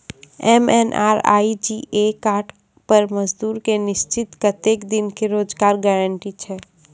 MNREGA card पर मजदुर के निश्चित कत्तेक दिन के रोजगार गारंटी छै?